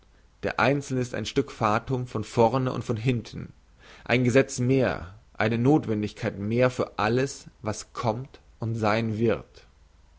der einzelne ist ein stück fatum von vorne und von hinten ein gesetz mehr eine nothwendigkeit mehr für alles was kommt und sein wird